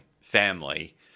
family